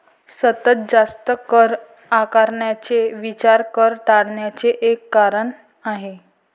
सतत जास्त कर आकारण्याचा विचार कर टाळण्याचे एक कारण आहे